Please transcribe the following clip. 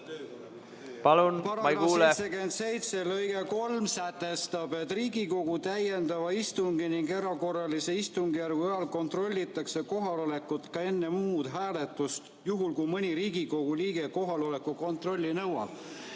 Palun, ma ei kuule!